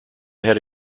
had